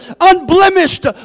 unblemished